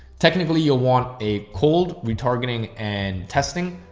technically you want a cold retargeting and testing.